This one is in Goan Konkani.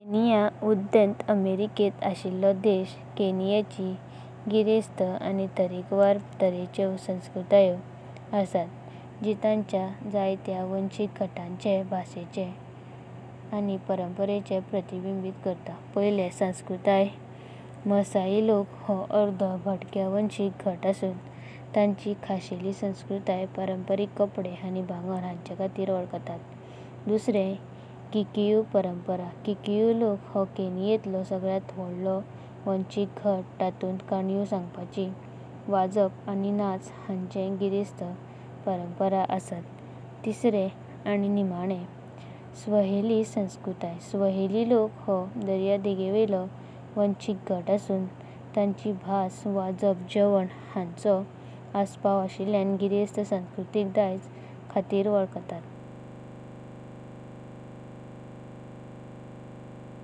केनिया! उदेन्त आफ्रीकेंत आशिल्लो देशा केनियाची गीरेस्ता। आनी तारेकावरा तारेचो संस्कृताय आसा, जी ताच्या जया्तया वंशिका गातांचे। भाषांचे आनी परम्परांचे प्रतीबिम्बित करतात। परम्परा। मासाई संस्कृताय मासाई लोक हो अर्दा भटक्या वंशिका गत आसुन ताची खासहेली संस्कृताय। परम्परीका कपडे आनी बांगरा हांचे खातीर वलाखतात। किकुयू परम्पर किकुयू लोक हो केनियंतलो सगळ्यांतलो वाढलो वंशजा गत। आसुन तातून्ता काणायो सांगपाची, वाजप आनी नाचा हांची गीरेस्ता परम्परा आसा। आनी निमाणे स्वाहिली संस्कृताय स्वाहिली लोक हो दर्यादेगेलो वंशिका गत आसुन ताची भाष, संगीत। जेवण हांचो अस्पाव आशिल्ल्या गीरेस्ता संस्कृतिका दयाजाखातीर वलाखतात।